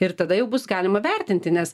ir tada jau bus galima vertinti nes